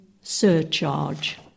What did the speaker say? surcharge